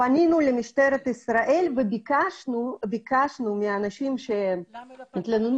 פנינו למשטרת ישראל וביקשנו מהאנשים שמתלוננים